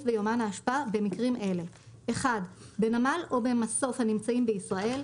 ויומן האשפה במקרים אלה: בנמל או במסוף הנמצאים בישראל,